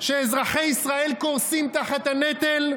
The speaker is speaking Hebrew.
כשאזרחי ישראל קורסים תחת הנטל,